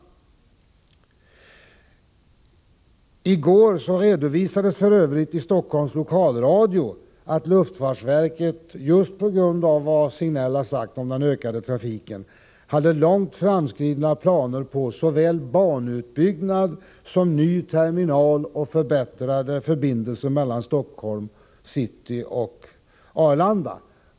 I går redovisades f. ö. i Stockholms lokalradio att luftfartsverket just på grund av den ökade trafiken, som Sven-Gösta Signell framhöll här, hade långt framskridna planer på såväl banutbyggnad och ny terminal som förbättrade förbindelser mellan Stockholms city och Arlanda.